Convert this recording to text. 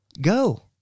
go